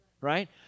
right